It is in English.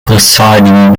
presiding